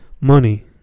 Money